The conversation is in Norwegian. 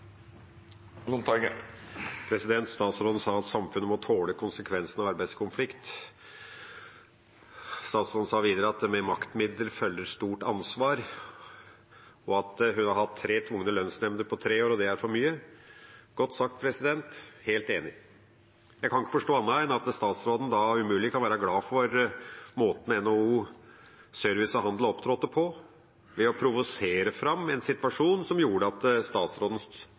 Statsråden sa at samfunnet må tåle konsekvensen av arbeidskonflikt. Statsråden sa videre at det med maktmidler følger stort ansvar, og at hun har hatt tre tvungne lønnsmidler på tre år, og det er for mye – godt sagt, helt enig. Jeg kan ikke forstå annet enn at statsråden da umulig kan være glad for måten NHO Service og Handel opptrådte på, ved å provosere fram en situasjon som gjorde at statsråden